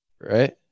Right